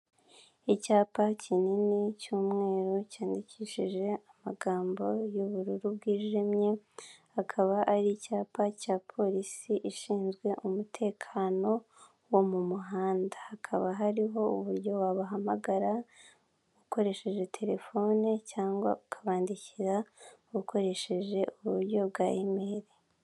Icyapa kinini cy'umweru cyandikishije amagambo y'ubururu bwijimye akaba ari icyapa cya polisi ishinzwe umutekano wo mu muhanda. Hakaba hariho uburyo wabahamagara ukoresheje telefone cyangwa ukabandikira ukoresheje uburyo bwa imeri.